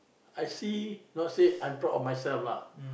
I see not say I'm proud of myself lah